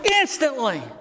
instantly